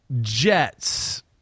Jets